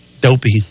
dopey